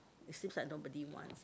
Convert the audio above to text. it seem like nobody wants